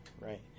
right